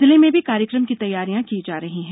जिलों में भी कार्यक्रम की तैयारियां की जा रही है